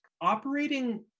operating